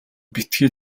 битгий